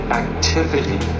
activity